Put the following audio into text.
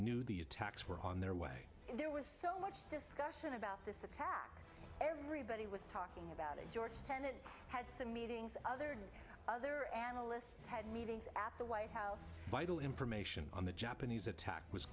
knew the attacks were on their way there was so much discussion about this attack everybody was talking about it george tenet had some meetings others other analysts had meetings at the white house vital information on the japanese attack was